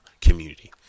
community